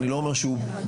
אני לא אומר שהוא פחות,